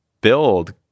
build